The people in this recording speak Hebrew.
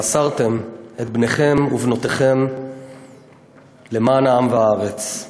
שמסרתן את בניכן ובנותיכן למען העם והארץ.